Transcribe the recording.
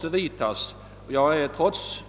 kan vidtagas.